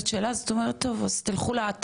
באתר שלנו נמצא הכל,